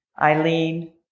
Eileen